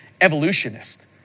evolutionist